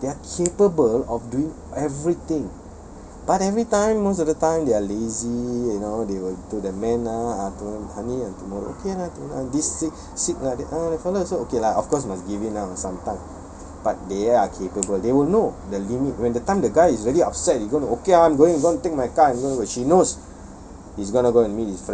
means what they're capable of doing everything but every time most of the time they're lazy you know they will to the man ah honey tomorrow okay lah tomorrow this sick sick ah t~ ah that fella also okay lah of course you must give in ah sometimes but they are capable they will know the limit when the time the guy is already upset you're going to okay I'm going going to take my car and she knows